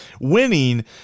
winning